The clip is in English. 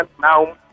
now